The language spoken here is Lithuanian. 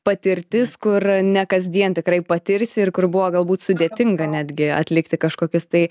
patirtis kur ne kasdien tikrai patirsi ir kur buvo galbūt sudėtinga netgi atlikti kažkokius tai